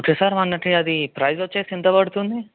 okay sir మనకి అది price వచ్చి ఎంత పడుతుంది